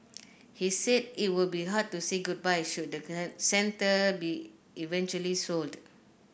he said it would be hard to say goodbye should centre be eventually sold